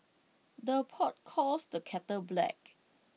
the pot calls the kettle black